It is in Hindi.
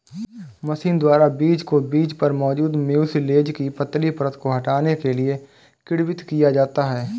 मशीन द्वारा बीज को बीज पर मौजूद म्यूसिलेज की पतली परत को हटाने के लिए किण्वित किया जाता है